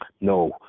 no